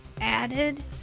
added